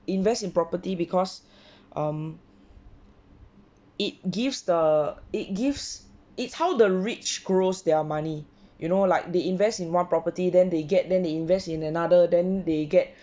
invest in property because um it gives the it gives its how the rich grows their money you know like they invest in more property than they get then invest in another than they get